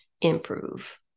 improve